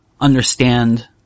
understand